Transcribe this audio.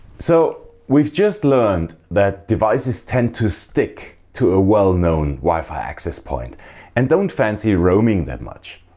so we've just learned that devices tend to stick to a well known wi-fi access point and don't fancy roaming that much.